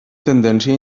tendència